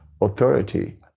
authority